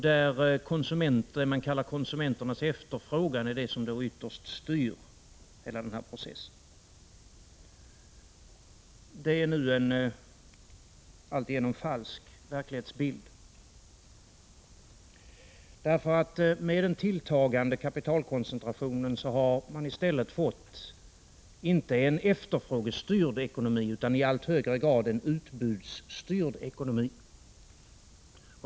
Det som man kallar konsumenternas efterfrågan är då det som ytterst styr hela denna process. Detta är nu en alltigenom falsk verklighetsbild. Med den tilltagande kapitalkoncentrationen har man fått inte en efterfrågestyrd ekonomi utan en i alltför hög grad utbudsstyrd ekonomi.